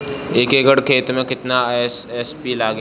एक एकड़ खेत मे कितना एस.एस.पी लागिल?